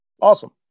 Awesome